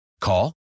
Call